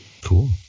cool